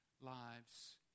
lives